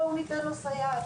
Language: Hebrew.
נוכל לתת סייעת.